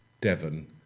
Devon